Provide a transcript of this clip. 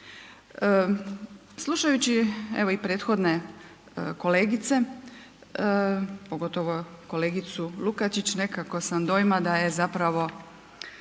Slušajući ili i prethodne kolegice, pogotovo kolegicu Lukačić nekako sam dojma da je zapravo